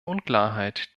unklarheit